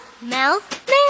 mouth